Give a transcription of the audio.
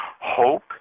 hope